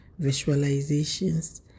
visualizations